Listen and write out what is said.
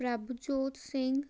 Prabhjot Singh